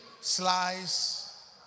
slice